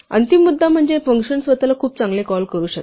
अंतिम मुद्दा म्हणजे फंक्शन स्वतःला खूप चांगले कॉल करू शकते